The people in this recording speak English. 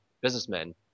businessmen